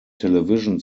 television